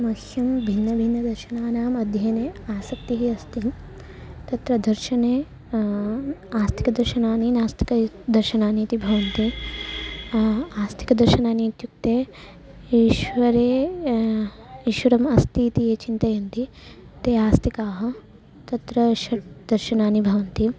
मह्यं भिन्नभिन्नदर्शनानाम् अध्ययने आसक्तिः अस्ति तत्र दर्शने आस्तिकदर्शनानि नास्तिकानि इति दर्शनानि इति भवन्ति आस्तिकदर्शनानि इत्युक्ते ईश्वरे ईश्वरः अस्ति इति ये चिन्तयन्ति ते आस्तिकानि तत्र षट् दर्शनानि भवन्ति